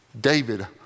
David